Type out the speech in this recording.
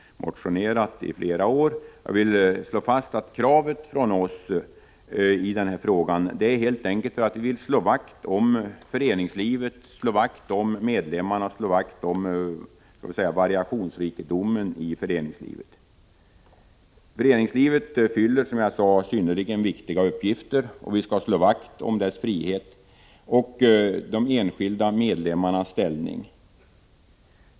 Vi har motionerat därom i flera år, och jag vill slå fast att detta krav från vår sida grundar sig på att vi helt enkelt vill slå vakt om föreningslivet, om medlemmarna och om variationsrikedomen i föreningslivet. Föreningslivet fyller, som jag redan sagt, synnerligen viktiga uppgifter, och vi skall slå vakt om dess frihet och de enskilda medlemmarnas ställning.